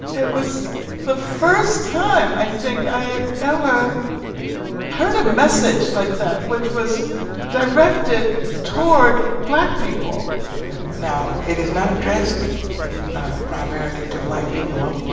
it was the first time i think i ever heard a message like that which was directed toward black people now, it is not addressed primarily to white people,